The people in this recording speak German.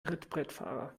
trittbrettfahrer